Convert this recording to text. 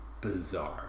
bizarre